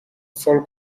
sol